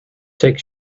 take